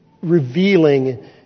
revealing